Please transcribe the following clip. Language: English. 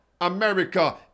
America